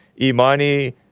Imani